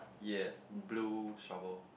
yes blue shovel